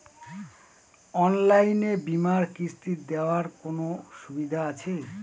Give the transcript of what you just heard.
অনলাইনে বীমার কিস্তি দেওয়ার কোন সুবিধে আছে?